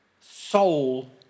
soul